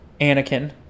Anakin